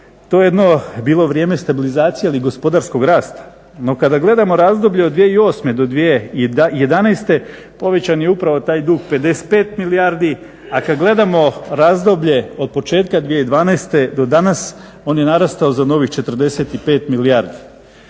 to je jedno bilo vrijeme stabilizacije ali gospodarskog rasta. No kada gledamo razdoblje 2008.-2011.povećan je upravo taj dug 55 milijardi a kad gledamo razdoblje od početka 2012.do danas on je narastao za novih 45 milijardi.